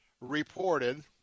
reported